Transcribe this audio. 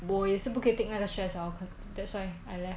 我也是不可以 take 那个 stress liao that's why I left